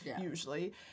usually